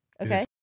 Okay